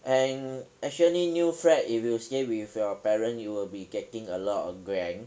and actually new flat if you stay with your parent you will be getting a lot of grand